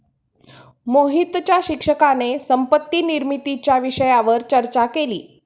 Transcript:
मोहितच्या शिक्षकाने संपत्ती निर्मितीच्या विषयावर चर्चा केली